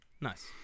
Nice